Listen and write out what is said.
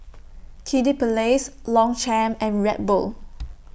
Kiddy Palace Longchamp and Red Bull